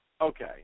okay